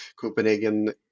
Copenhagen